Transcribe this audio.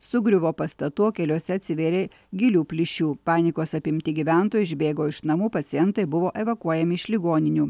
sugriuvo pastatų o keliuose atsivėrė gilių plyšių panikos apimti gyventojai išbėgo iš namų pacientai buvo evakuojami iš ligoninių